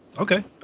Okay